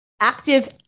active